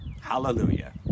Hallelujah